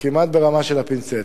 כמעט ברמה של הפינצטה.